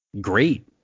great